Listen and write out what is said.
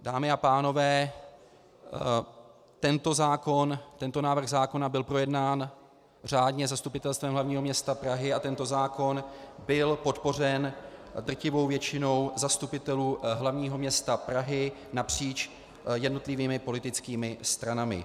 Dámy a pánové, tento návrh zákona byl projednán řádně Zastupitelstvem hlavního města Prahy a zákon byl podpořen drtivou většinou zastupitelů hlavního města Prahy napříč jednotlivými politickými stranami.